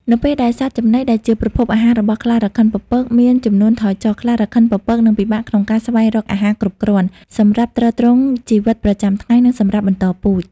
នៅពេលដែលសត្វចំណីដែលជាប្រភពអាហាររបស់ខ្លារខិនពពកមាន ចំនួនថយចុះ ខ្លារខិនពពកនឹង ពិបាកក្នុងការស្វែងរកអាហារគ្រប់គ្រាន់ សម្រាប់ទ្រទ្រង់ជីវិតប្រចាំថ្ងៃ និងសម្រាប់បន្តពូជ។